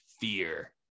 fear